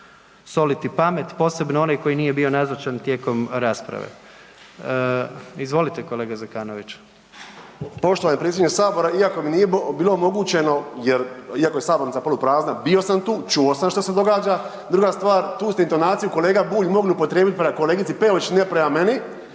soliti pamet, posebno onaj koji bio nazočan tijekom rasprave. Izvolite, kolega Zekanović. **Zekanović, Hrvoje (HRAST)** Poštovani predsjedniče Sabora, iako mi nije bilo omogućeno jer iako je sabornica poluprazna, bio sam tu, čuo sam što se događa, druga stvar, tu ste intonaciju kolega Bulj mogli upotrijebiti prema kolegici Peović, ne prema meni